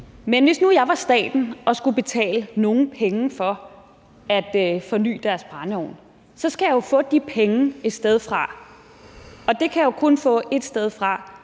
men hvis nu jeg var staten og skulle betale nogen penge for, at de fornyer deres brændeovn, så skal jeg jo få de penge et sted fra. Og det kan jeg kun få ét sted fra,